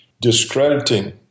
discrediting